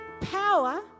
power